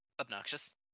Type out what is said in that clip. Obnoxious